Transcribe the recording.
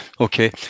Okay